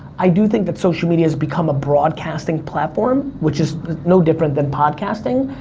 i do think that social media has become a broadcasting platform, which is no different than podcasting.